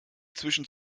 zwischen